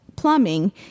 plumbing